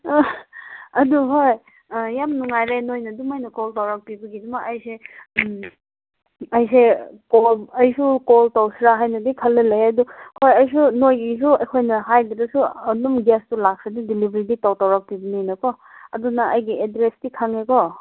ꯑꯗꯣ ꯍꯣꯏ ꯌꯥꯝ ꯅꯨꯡꯉꯥꯏꯔꯦ ꯅꯣꯏꯅ ꯑꯗꯨꯃꯥꯏꯅ ꯀꯣꯜ ꯇꯧꯔꯛꯄꯤꯕꯒꯤꯗꯃꯛ ꯑꯩꯁꯦ ꯑꯩꯁꯨ ꯀꯣꯜ ꯇꯧꯁꯤꯔꯥ ꯍꯥꯏꯅꯗꯤ ꯈꯜꯂ ꯂꯩꯌꯦ ꯑꯗꯨ ꯍꯣꯏ ꯑꯩꯁꯨ ꯅꯣꯏꯒꯤꯁꯨ ꯑꯩꯈꯣꯏꯅ ꯍꯥꯏꯕꯗꯁꯨ ꯑꯗꯨꯝ ꯒ꯭ꯌꯥꯁꯇꯨ ꯂꯥꯛꯈ꯭ꯔꯗꯤ ꯗꯦꯂꯤꯚꯔꯤꯗꯤ ꯇꯧꯔꯛꯄꯤꯕꯅꯤꯅꯀꯣ ꯑꯗꯨꯅ ꯑꯩꯒꯤ ꯑꯦꯗ꯭ꯔꯦꯁꯇꯤ ꯈꯪꯉꯦꯀꯣ